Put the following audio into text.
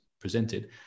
presented